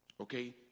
Okay